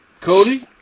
Cody